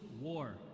war